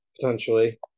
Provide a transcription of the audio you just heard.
potentially